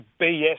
BS